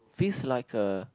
this like a